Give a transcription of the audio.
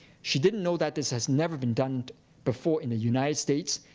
she didn't know that this has never been done before in the united states.